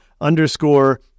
underscore